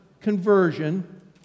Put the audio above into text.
conversion